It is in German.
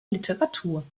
literatur